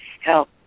help